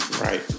right